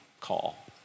call